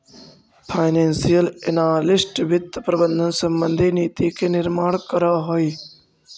financial analyst वित्त प्रबंधन संबंधी नीति के निर्माण करऽ हइ